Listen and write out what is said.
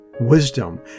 Wisdom